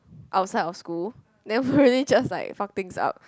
outside of school then we really just like fuck things up